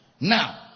Now